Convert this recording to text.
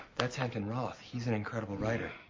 that's hampton roth. he's an incredible writer.